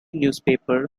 newspaper